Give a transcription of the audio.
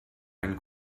einen